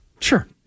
Sure